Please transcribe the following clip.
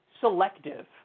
selective